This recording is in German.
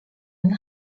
den